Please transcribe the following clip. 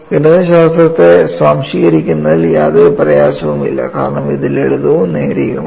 ഗണിതശാസ്ത്രത്തെ സ്വാംശീകരിക്കുന്നതിൽ യാതൊരു പ്രയാസവുമില്ല കാരണം ഇത് ലളിതവും നേരെയുമാണ്